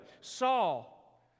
Saul